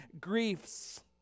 griefs